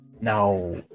now